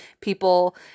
people